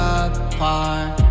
apart